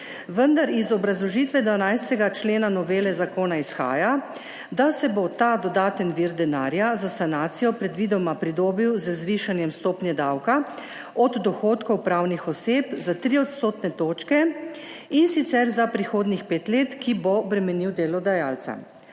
vendar iz obrazložitve 12. člena novele zakona izhaja, da se bo ta dodaten vir denarja za sanacijo predvidoma pridobil z zvišanjem stopnje davka od dohodkov pravnih oseb za tri odstotne točke, in sicer za prihodnjih pet let, ki bo bremenil delodajalca.